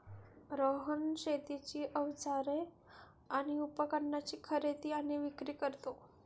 रोहन शेतीची अवजारे आणि उपकरणाची खरेदी आणि विक्री करतो